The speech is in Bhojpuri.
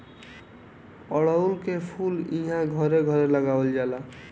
अढ़उल के फूल इहां घरे घरे लगावल जाला